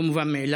לא מובן מאליו.